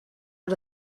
out